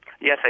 Yes